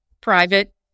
private